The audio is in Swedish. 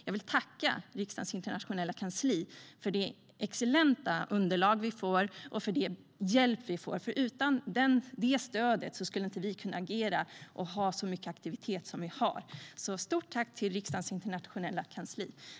Jag vill tacka riksdagens internationella kansli för de excellenta underlag vi får och för den hjälp vi får. Utan detta stöd skulle inte vi kunna agera och ha så mycket aktivitet som vi har. Stort tack till riksdagens internationella kansli!